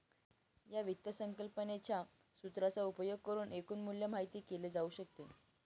या वित्त संकल्पनेच्या सूत्राचा उपयोग करुन एकूण मूल्य माहित केले जाऊ शकते